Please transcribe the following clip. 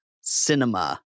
cinema